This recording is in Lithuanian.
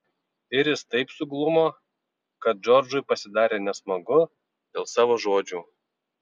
iris taip suglumo kad džordžui pasidarė nesmagu dėl savo žodžių